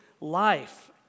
life